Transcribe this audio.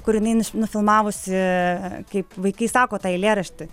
kur jinai nufilmavusi kaip vaikai sako tą eilėraštį